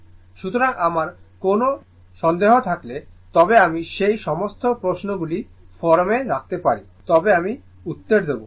সুতরাং আমার কোনও সন্দেহ থাকলে তবে আমি সেই সমস্ত প্রশ্নগুলি ফোরামে রাখতে পারি তবে আমি উত্তর দেব